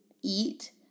eat